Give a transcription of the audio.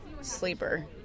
sleeper